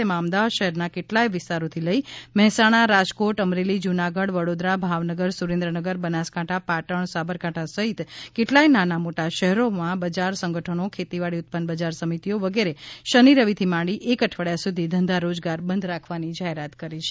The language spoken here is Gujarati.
તેમાં અમદાવાદ શહેરનાં કેટલાંય વિસ્તારોથી લઈ મહેસાણા રાજકોટ અમરેલી જૂનાગઢ વડોદરા ભાવનગર સુરેન્દ્રનગર બનાસકાંઠા પાટણ સાબરકાંઠા સહિત કેટલાંય નાનાં મોટાં શહેરોનાં બજાર સંગઠનો ખેતીવાડી ઉત્પન્ન બજાર સમિતિઓ વગેરે એ શનિ રવિથી માંડી એક અઠવાડીયા સુધી ધંધા રોજગાર બંધ રાખવાની જાહેરાત કરી છે